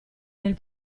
nel